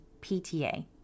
pta